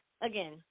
again